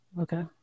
okay